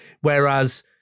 Whereas